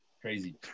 crazy